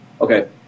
Okay